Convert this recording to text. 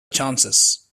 chances